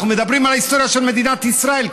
אנחנו מדברים על ההיסטוריה של מדינת ישראל,